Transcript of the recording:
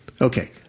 Okay